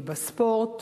בספורט,